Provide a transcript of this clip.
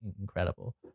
incredible